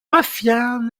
patient